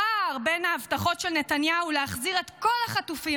הפער בין ההבטחות של נתניהו להחזיר את כל החטופים